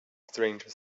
stranger